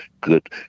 good